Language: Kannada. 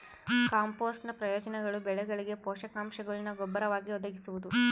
ಕಾಂಪೋಸ್ಟ್ನ ಪ್ರಯೋಜನಗಳು ಬೆಳೆಗಳಿಗೆ ಪೋಷಕಾಂಶಗುಳ್ನ ಗೊಬ್ಬರವಾಗಿ ಒದಗಿಸುವುದು